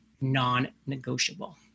Non-negotiable